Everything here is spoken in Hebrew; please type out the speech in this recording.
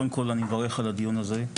קודם כל אני מברך על הדיון הזה,